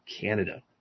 Canada